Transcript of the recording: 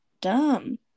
dumb